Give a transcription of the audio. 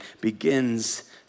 begins